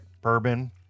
bourbon